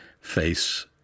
face